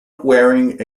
wearing